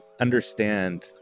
understand